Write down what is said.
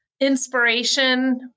inspiration